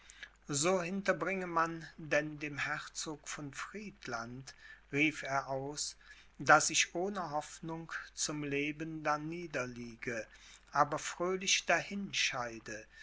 so hinterbringe man denn dem herzog von friedland rief er aus daß ich ohne hoffnung zum leben darnieder liege aber fröhlich dahin scheide